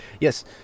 Yes